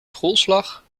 schoolslag